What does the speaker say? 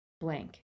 blank